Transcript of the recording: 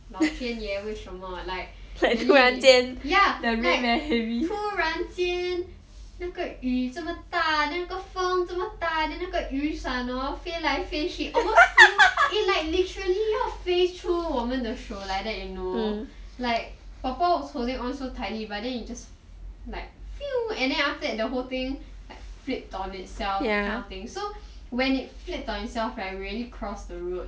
老天爷为什么 like really ya like 突然间那个雨这么大那个风这么大 then 那个雨伞 hor 飞来飞去 it almost flew it like literally 要飞出我们的手 like that you know like 婆婆 was holding on so tightly but then it just like phew and then after that the whole thing flip on itself that kind of thing so when it flip on itself we already crossed the road